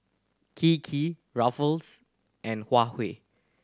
Kiki Ruffles and Huawei